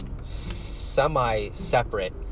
semi-separate